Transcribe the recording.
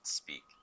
speak